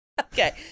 Okay